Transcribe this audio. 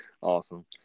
Awesome